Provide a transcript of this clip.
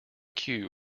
cue